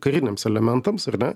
kariniams elementams ar ne